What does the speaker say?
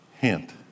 hint